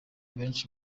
benshi